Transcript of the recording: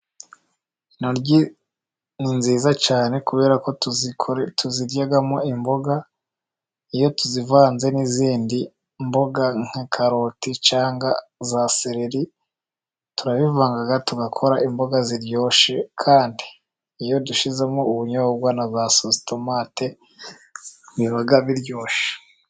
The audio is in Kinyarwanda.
Inoryi ni nziza cyane, kubera ko tuziryamo imboga iyo tuzivanze n'izindi mboga nka karoti, cyangwa za seleri, turabivanga tugakora imboga ziryoshye, kandi iyo dushizemo ubunyobwa, na za sotomate, biba biryoshye.